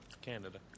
Canada